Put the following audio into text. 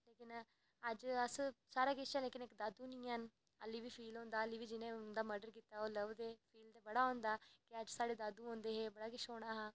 ते अज्ज ते सारा किश ऐ लेकिन दादू निं हैन अल्ली बी फील होंदा 'अल्ली बी ओह् जिनें मर्डर कीते दा लभदे फील ते बड़ा होंदा कि अज्ज साढ़े दादू होंदे हे बड़ा किश होना हा